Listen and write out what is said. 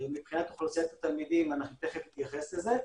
מבחינת אוכלוסיית התלמידים אנחנו תיכף נתייחס לזה.